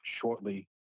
shortly